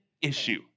issue